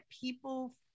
people